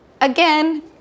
again